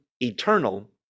eternal